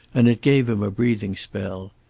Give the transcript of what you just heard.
and it gave him a breathing spell.